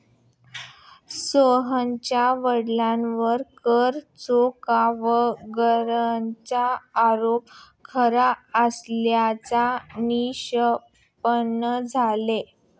सोहनच्या वडिलांवरील कर चुकवेगिरीचा आरोप खरा असल्याचे निष्पन्न झाले